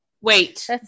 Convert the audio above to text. Wait